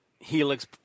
helix